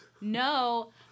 No